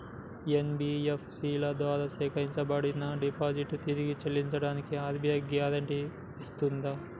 NBFC ల ద్వారా సేకరించబడ్డ డిపాజిట్లను తిరిగి చెల్లించడానికి ఆర్.బి.ఐ గ్యారెంటీ ఇస్తదా?